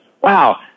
wow